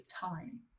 time